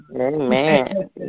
amen